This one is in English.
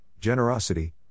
generosity